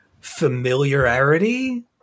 familiarity